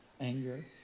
anger